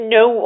no